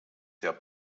der